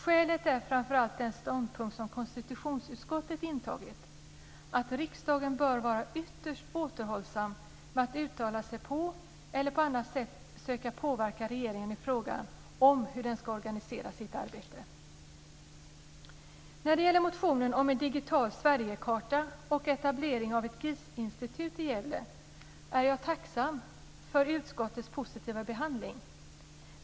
Skälet är framför allt den ståndpunkt som konstitutionsutskottet intagit - att riksdagen bör vara ytterst återhållsam när det gäller att uttala sig eller på annat sätt söka påverka regeringen i fråga om hur den ska organisera sitt arbete. När det gäller motionen om en digital Sverigekarta och etablering av ett GIS-institut i Gävle är jag tacksam för utskottets positiva behandling.